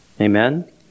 Amen